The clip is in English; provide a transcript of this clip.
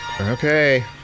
Okay